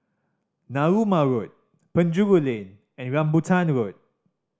Narooma Road Penjuru Lane and Rambutan Road